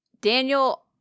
Daniel